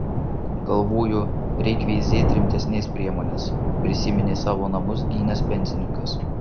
galvoju reik veizėt rimtesnės priemonės prisiminė savo namus gynęs pensininkas